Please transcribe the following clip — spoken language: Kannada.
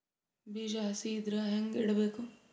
ಬೀಜ ಹಸಿ ಇದ್ರ ಹ್ಯಾಂಗ್ ಇಡಬೇಕು?